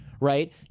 right